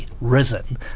risen